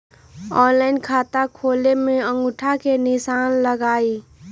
Online खाता खोले में अंगूठा के निशान लगहई?